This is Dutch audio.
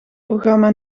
programma